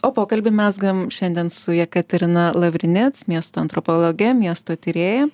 o pokalbį mezgam šiandien su jekaterina lavrinec miesto antropologe miesto tyrėja